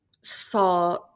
saw